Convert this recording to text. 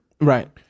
Right